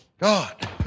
God